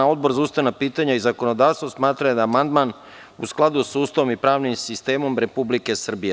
Odbor za ustavna pitanja i zakonodavstvo smatra da je amandman u skladu sa Ustavom i pravnim sistemom Republike Srbije.